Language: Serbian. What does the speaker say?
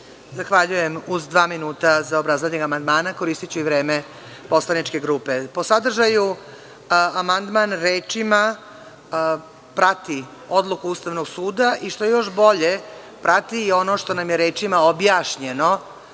Zahvaljujem. Uz dva minuta za obrazlaganje amandmana, koristiću i vreme poslaničke grupe. Po sadržaju amandman rečima prati odluku Ustavnog suda i, što je još bolje, prati i ono što nam je rečima objašnjeno